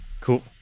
Cool